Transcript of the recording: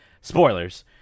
Spoilers